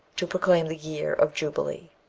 to proclaim the year of jubilee.